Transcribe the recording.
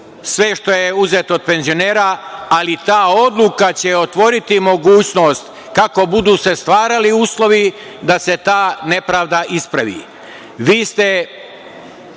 sve što je uzeto od penzionera, ali ta odluka će otvoriti mogućnost kako se budu stvarali uslovi da se ta nepravda ispravi. Vi